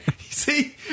See